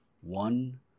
One